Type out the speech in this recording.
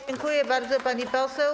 Dziękuję bardzo, pani poseł.